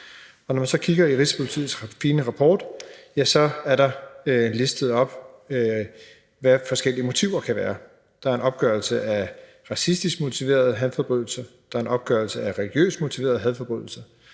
Når man så kigger i Rigspolitiets fine rapport, er der listet op, hvilke forskellige motiver der kan være. Der er en opgørelse over racistisk motiverede hadforbrydelser, der er en opgørelse over religiøst motiverede hadforbrydelse,